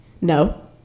No